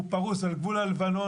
הוא פרוס על גבול הבנון.